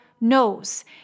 knows